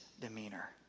demeanor